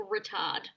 retard